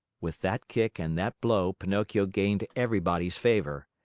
with that kick and that blow pinocchio gained everybody's favor.